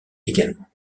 également